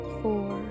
four